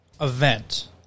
event